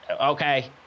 Okay